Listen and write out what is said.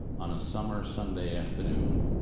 on a summer sunday afternoon,